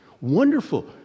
wonderful